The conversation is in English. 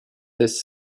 this